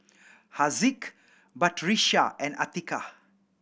Haziq Batrisya and Atiqah